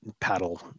paddle